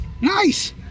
Nice